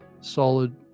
solid